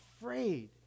afraid